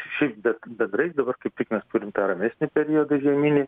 šiaip bet bendrai dabar kaip tik mes turim tą ramesnį periodą žieminį